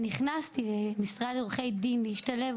ונכנסתי למשרד עורכי דין להשתלב,